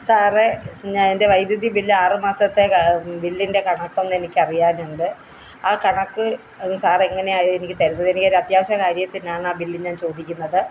സാറേ ഞാൻ എന്റെ വൈദ്യുതി ബില്ല് ആറുമാസത്തേക്കാണ് ബില്ലിന്റെ കണക്കൊന്നെനിക്ക് അറിയാനുണ്ട് ആ കണക്ക് സാറെങ്ങനെയാണ് എനിക്ക് തരുന്നത് എനിക്കൊരത്യാവശ്യ കാര്യത്തിനാണാ ബില്ല് ഞാന് ചോദിക്കുന്നത്